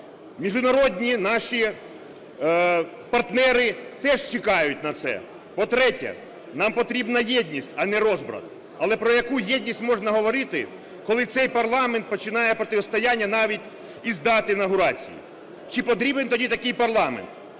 міжнародні наші партнери теж чекають на це. По-третє, нам потрібна єдність, а не розбрат. Але про яку єдність можна говорити, коли цей парламент починає протистояння навіть із дати інавгурації? Чи потрібен тоді такий парламент?